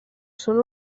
són